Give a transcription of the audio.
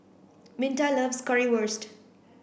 Minta loves Currywurst